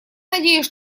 надеюсь